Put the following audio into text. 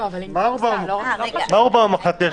מה רובם המוחלט?